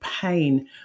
pain